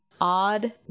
odd